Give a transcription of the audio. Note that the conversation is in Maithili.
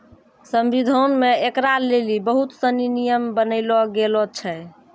संविधान मे ऐकरा लेली बहुत सनी नियम बनैलो गेलो छै